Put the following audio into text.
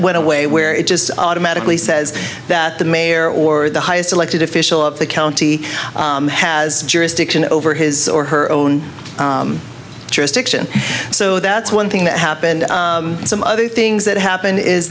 went away where it just automatically says that the mayor or the highest elected official of the county has jurisdiction over his or her own jurisdiction so that's one thing that happened some other things that happen is